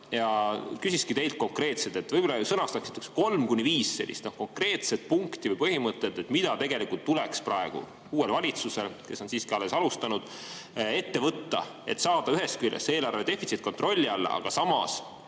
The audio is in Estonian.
Küsiski teilt konkreetselt, et võib-olla sõnastaksite kolm kuni viis konkreetset punkti või põhimõtet, mida tegelikult tuleks praegu uuel valitsusel, kes on siiski alles alustanud, ette võtta, et saada ühest küljest see eelarve defitsiit kontrolli all, aga samas